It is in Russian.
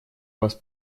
вас